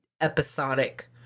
episodic